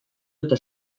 eta